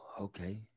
okay